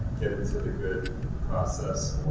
get to the good process